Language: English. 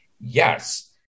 yes